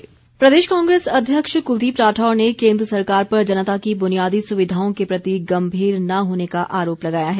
कुलदीप राठौर प्रदेश कांग्रेस अध्यक्ष कुलदीप राठौर ने केन्द्र सरकार पर जनता की बुनियादी सुविधाओं के प्रति गंभीर न होने का आरोप लगाया है